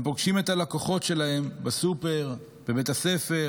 הם פוגשים את הלקוחות שלהם בסופר ובבית הספר,